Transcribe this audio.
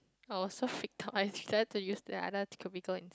oh so fed up I say to you that's I not could be go in